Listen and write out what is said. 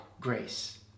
grace